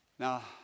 Now